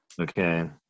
Okay